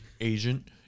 agent